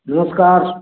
नमस्कार